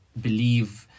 believe